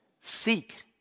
seek